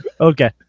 Okay